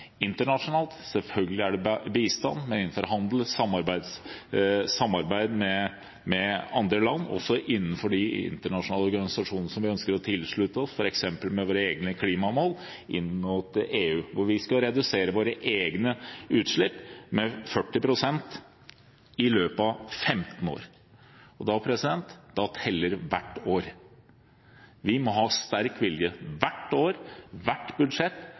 internasjonalt. Selvfølgelig gjelder det bistand, men også innenfor handel, samarbeid med andre land og innenfor de internasjonale organisasjonene som vi ønsker å tilslutte oss, f.eks. med våre egne klimamål inn mot EU, hvor vi skal redusere våre egne utslipp med 40 pst. i løpet av 15 år. Og da teller hvert år. Vi må ha sterk vilje hvert år, ved hvert budsjett,